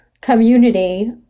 community